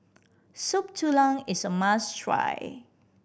Soup Tulang is a must try